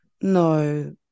no